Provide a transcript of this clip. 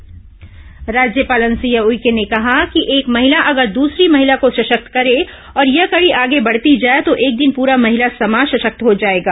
राज्यपाल महिला सशक्तिकरण राज्यपाल अनुसुईया उइके ने कहा है कि एक महिला अगर दूसरी महिला को सशक्त करें और यह कड़ी आगे बढती जाए तो एक दिन पुरा महिला समाज सशक्त हो जाएगा